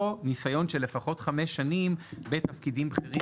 או ניסיון של לפחות חמש שנים בתפקידים בכירים